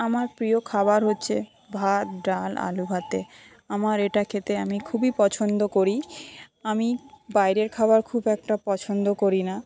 আমার প্রিয় খাবার হচ্ছে ভাত ডাল আলুভাতে আমার এটা খেতে আমি খুবই পছন্দ করি আমি বাইরের খাবার খুব একটা পছন্দ করি না